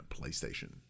PlayStation